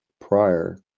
prior